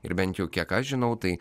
ir bent jau kiek aš žinau tai